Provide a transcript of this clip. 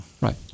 right